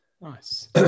Nice